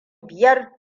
biyar